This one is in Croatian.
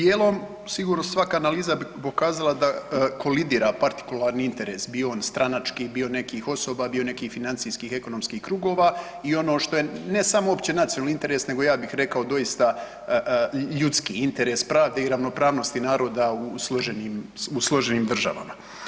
Dijelom sigurno svaka bi analiza pokazala da kolidira partikularni interes, bio od stranački, bio nekih osoba, bio nekih financijskih i ekonomskih krugova i ono što je, ne samo opće nacionalni interes nego ja bih rekao doista ljudski interes pravde i ravnopravnosti naroda u složenim državama.